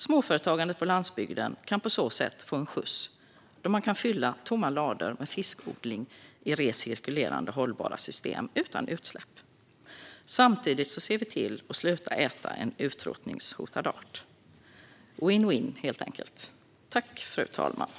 Småföretagandet på landsbygden kan på så sätt få en skjuts då man kan fylla tomma lador med fiskodling i recirkulerande hållbara system utan utsläpp. Samtidigt ser vi till att sluta äta en utrotningshotad art. Det blir helt enkelt en vinn-vinnsituation.